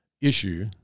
issue